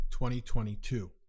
2022